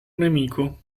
nemico